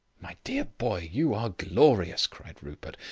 my dear boy, you are glorious, cried rupert,